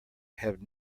have